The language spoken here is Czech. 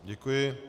Děkuji.